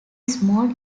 small